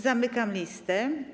Zamykam listę.